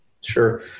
Sure